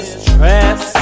stress